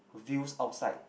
views outside